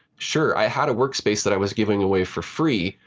sure, i had a workspace that i was giving away for free,